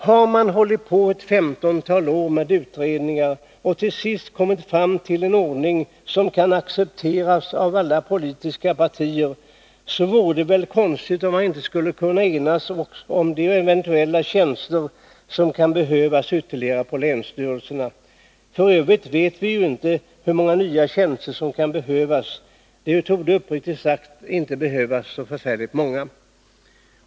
Har man hållit på ett 15-tal år med utredningar och till sist kommit fram till en ordning som kan accepteras av alla politiska partier, vore det väl konstigt om man inte skulle kunna enas om de eventuella tjänster som kan behövas ytterligare på länsstyrelserna. F. ö. vet vi ju inte hur många nya tjänster som kan behövas. Det torde uppriktigt sagt inte vara så förfärligt många.